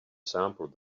sampled